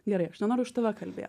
gerai aš nenoriu už tave kalbėt